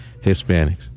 Hispanics